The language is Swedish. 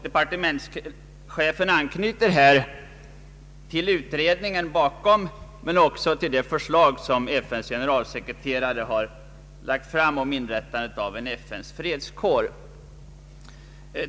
Departementschefens förslag bygger på den utredning som ligger bakom men anknyter också till det förslag som FN:s generalsekreterare lagt fram om inrättande av en FN:s fredskår.